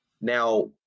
Now